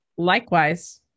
Likewise